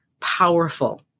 powerful